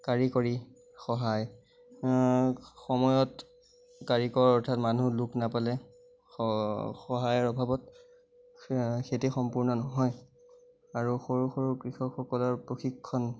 কাৰিকৰী সহায় সময়ত কাৰিকৰ অৰ্থাৎ মানুহ লোক নাপালে সহায়ৰ অভাৱত খেতি সম্পূৰ্ণ নহয় আৰু সৰু সৰু কৃষকসকলৰ প্ৰশিক্ষণ